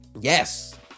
Yes